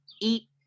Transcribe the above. eat